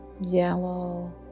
yellow